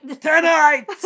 Tonight